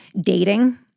Dating